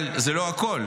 אבל זה לא הכול,